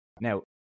now